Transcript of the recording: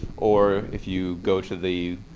or if you go to the